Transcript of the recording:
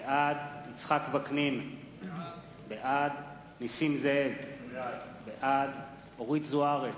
בעד יצחק וקנין, בעד נסים זאב, בעד אורית זוארץ,